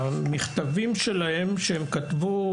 במכתבים שלהם שהם כתבו,